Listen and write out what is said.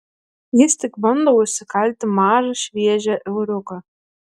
jis tik bando užsikalti mažą šviežią euriuką